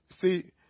See